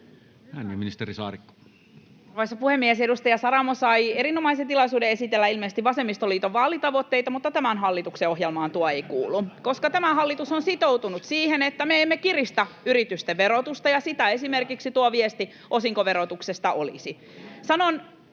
— Ja ministeri Saarikko.